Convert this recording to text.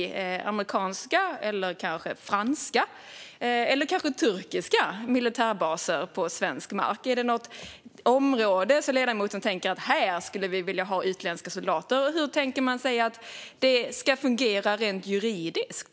Är det amerikanska eller kanske franska militärbaser på svensk mark - eller turkiska? Är det något område som ledamoten tänker att man skulle vilja ha utländska soldater på? Hur tänker man sig att det ska fungera rent juridiskt?